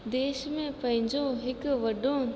देश में पंहिंजो हिकु वॾो